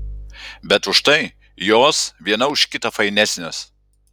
bet už tai jos viena už kitą fainesnės